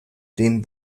den